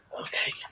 okay